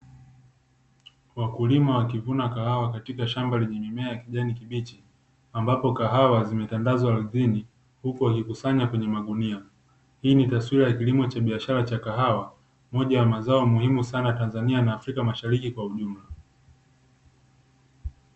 Wakulima wakivuna kahawa katika shamba lenye mimea ya kijani kibichi .Ambapo kahawa zimetandazwa ardhini huku wakikusanya kwenye magunia. Hii ni taswira ya kilimo cha biashara cha kahawa, moja ya mazao muhimu sana Tanzania na Afrika mashariki kwa ujumla.